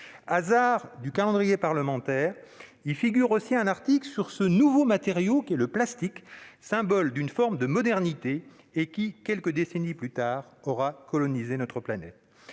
Hasard du calendrier parlementaire, y figure aussi un article sur ce nouveau matériau qu'est alors le plastique, symbole d'une forme de modernité qui, quelques décennies plus tard, aura colonisé notre planète.